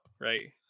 right